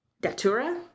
datura